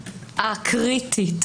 הקריטית,